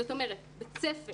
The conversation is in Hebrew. זאת אומרת, בית ספר